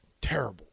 terrible